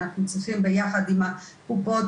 אנחנו צריכים ביחד עם הקופות,